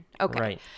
Okay